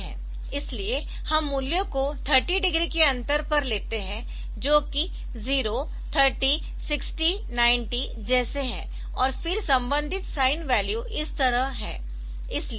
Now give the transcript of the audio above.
इसलिए हम मूल्यों को 30 डिग्री के अंतर पर लेते है जो कि 0 30 60 90 जैसे है और फिर संबंधित साइन वैल्यू इस तरह है